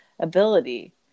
ability